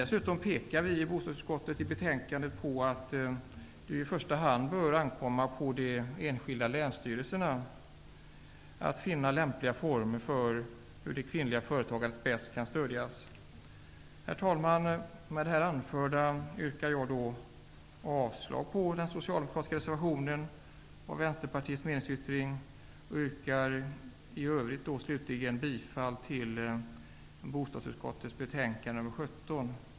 Dessutom pekar vi i bostadsutskottet, som framgår av betänkandet, på att det i första hand bör ankomma på de enskilda länsstyrelserna att finna lämpliga former för hur det kvinnliga företagandet bäst kan stödjas. Herr talman! Med det anförda yrkar jag avslag på den socialdemokratiska reservationen och på Vänsterpartiets meningsyttring. I övrigt yrkar jag bifall till hemställan i bostadsutskottets betänkande nr 17.